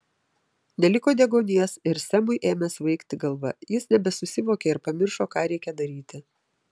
neliko deguonies ir semui ėmė svaigti galva jis nebesusivokė ir pamiršo ką reikia daryti